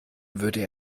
würde